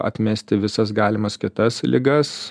atmesti visas galimas kitas ligas